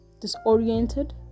disoriented